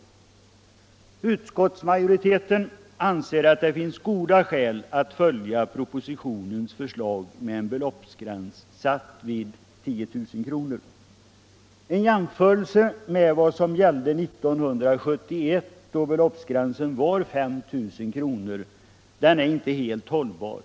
Särskilt investe Utskottsmajoriteten anser att det finns goda skäl att följa propositio — ringsavdrag och nens förslag med en beloppsgräns satt vid 10 000 kr. En jämförelse med = statligt investevad som gällde 1971, då beloppsgränsen var 5 000 kr., är inte helt hållbar.